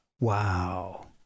Wow